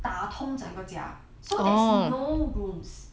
打通整个家 so there is no rooms